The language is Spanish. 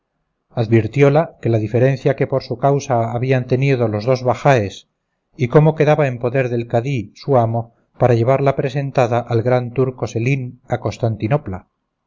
fuerzas advirtióla de la diferencia que por su causa habían tenido los dos bajáes y cómo quedaba en poder del cadí su amo para llevarla presentada al gran turco selín a constantinopla